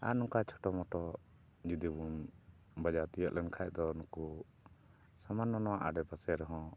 ᱟᱨ ᱱᱚᱝᱠᱟ ᱪᱷᱳᱴᱳ ᱢᱳᱴᱳ ᱡᱩᱫᱤ ᱵᱚᱱ ᱵᱟᱡᱟᱣ ᱛᱤᱭᱟᱹᱜ ᱞᱮᱱᱠᱷᱟᱱ ᱫᱚ ᱱᱩᱠᱩ ᱥᱟᱢᱟᱱᱱᱚ ᱟᱲᱮ ᱯᱟᱥᱮ ᱨᱮᱦᱚᱸ